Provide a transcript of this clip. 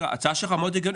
ההצעה שלך מאוד הגיונית,